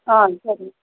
ஆ சேரிங்க